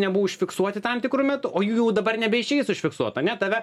nebuvo užfiksuoti tam tikru metu o jų jau dabar nebeišeis užfiksuot ane tave